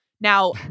Now